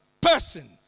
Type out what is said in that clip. person